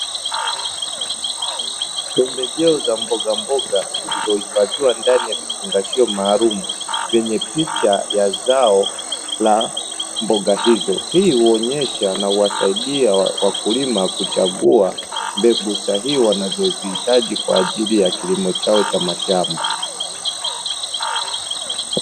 Pembejeo za mbogamboga zilizo hifadhiwa ndani ya vifungashio maalumu vyenye picha la zao ya mboga hizo, hii huonyesha na huwasaidia wakulima kuchagua mbegu sahihi wanazo zihitaji kwa ajili ya kilimo chao cha mashamba.